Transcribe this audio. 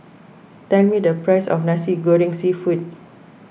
tell me the price of Nasi Goreng Seafood